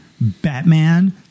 Batman